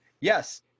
yes